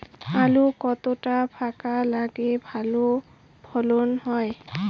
আলু কতটা ফাঁকা লাগে ভালো ফলন হয়?